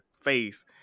face